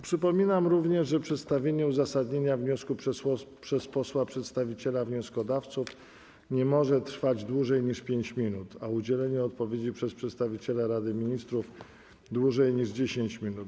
Przypominam również, że przedstawienie uzasadnienia wniosku przez posła przedstawiciela wnioskodawców nie może trwać dłużej niż 5 minut, a udzielenie odpowiedzi przez przedstawiciela Rady Ministrów - dłużej niż 10 minut.